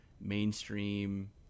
Mainstream